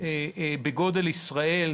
בגודל של ישראל,